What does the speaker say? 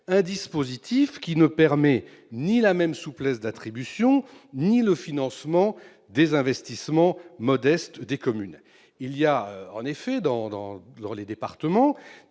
dispositif qui ne permet ni la même souplesse d'attribution ni le financement des investissements modestes des communes. En effet, dans de nombreux départements,